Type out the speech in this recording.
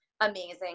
amazing